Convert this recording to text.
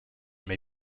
may